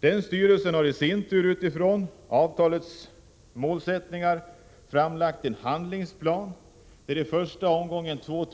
Denna styrelse har i sin tur utifrån avtalets målsättningar framlagt en handlingsplan, enligt vilken i första omgången 2